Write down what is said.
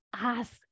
Ask